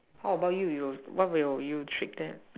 how about you you what will you treat them